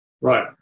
Right